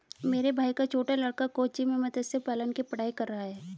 मेरे भाई का छोटा लड़का कोच्चि में मत्स्य पालन की पढ़ाई कर रहा है